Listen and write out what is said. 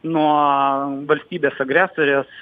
nuo valstybės agresorės